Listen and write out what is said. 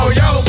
yo